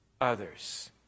others